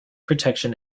protection